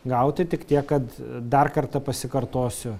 gauti tik tiek kad dar kartą pasikartosiu